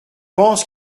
pense